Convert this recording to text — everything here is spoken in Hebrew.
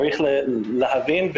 צריך לנסות להבין.